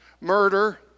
murder